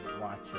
watch